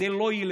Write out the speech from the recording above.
זה לא ילך.